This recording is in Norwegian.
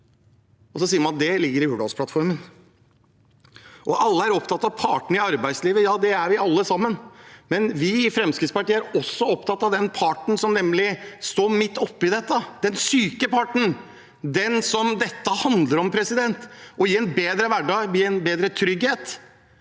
Så sier man at det ligger i Hurdalsplattformen. Alle er opptatt av partene i arbeidslivet. Ja, det er vi alle sammen, men vi i Fremskrittspartiet er også opptatt av den parten som står midt oppe i dette, nemlig den syke parten, den dette handler om, og om å gi en bedre hverdag, bedre trygghet